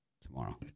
tomorrow